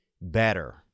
Better